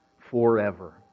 forever